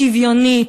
שוויונית,